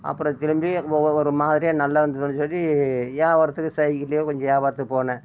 அப்பறம் திரும்பி ஒரு மாதிரியா நல்லா இருந்துதுன்னு சொல்லி யாவாரத்துக்கு சைக்கிள்லேயே கொஞ்சம் யாவாரத்துக்கு போனேன்